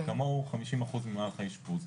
וכמוהו חמישים אחוז ממערך האשפוז,